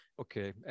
okay